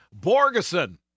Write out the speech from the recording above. Borgeson